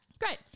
Great